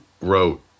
wrote